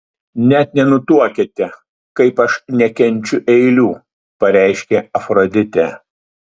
net nenutuokiate kaip aš nekenčiu eilių pareiškė afroditė